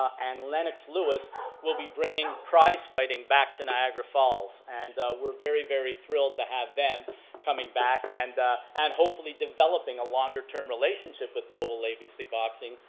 and lennox lewis will be bringing prize fighting back to niagara falls. and we're very, very thrilled to have them coming back. and and hopefully developing a longer term relationship with global legacy boxing,